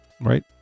right